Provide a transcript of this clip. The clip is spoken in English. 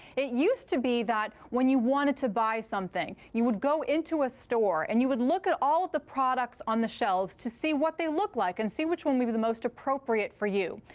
it used to be that when you wanted to buy something, you would go into a store. and you would look at all of the products on the shelves to see what they look like and see which one would be the most appropriate for you.